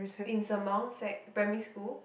in sembawang sec primary school